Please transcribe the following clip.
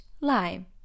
lime